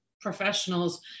professionals